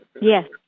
Yes